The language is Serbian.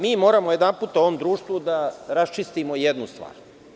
Mi moramo jedanput u ovom društvu da raščistimo jednu stvar.